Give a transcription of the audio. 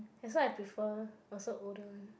that's why I prefer also older one